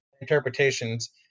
interpretations